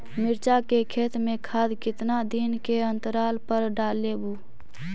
मिरचा के खेत मे खाद कितना दीन के अनतराल पर डालेबु?